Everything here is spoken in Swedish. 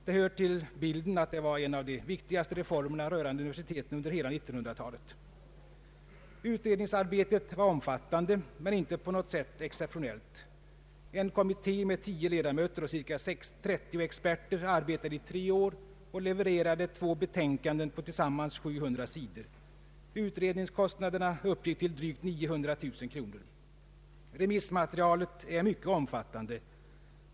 Det hör till bilden att detta var en av de viktigaste reformerna rörande universiteten under hela 1900-talet. men inte på något sätt exceptionellt: en kommitté med 10 ledamöter och cirka 30 experter arbetade i tre år och levererade två betänkanden på tillsammans 700 sidor. Utredningskostnaderna uppgick till drygt 900 000 kronor. Remissmaterialet är mycket omfattande.